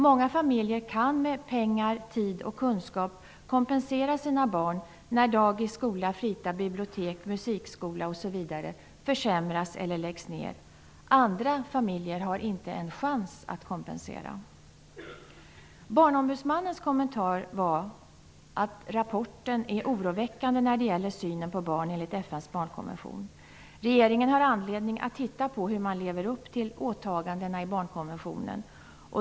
Många familjer kan med pengar, tid och kunskap kompensera sina barn när dagis, skola, fritis, bibliotek och musikskola försämras eller läggs ner. Andra familjer har inte en chans att kompensera. Barnombudsmannens kommentar var att rapporten är oroväckande när det gäller synen på barn enligt FN:s barnkonvention. Regeringen har anledning att titta på hur man lever upp till åtagandena i barnkonventionen.